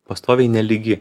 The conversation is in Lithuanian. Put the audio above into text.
pastoviai nelygi